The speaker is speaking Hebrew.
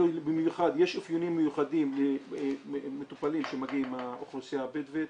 יש אפיונים מיוחדים למטופלים שמגיעים מהאוכלוסייה הבדואית,